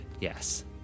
Yes